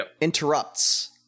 interrupts